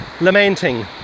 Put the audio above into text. lamenting